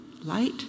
light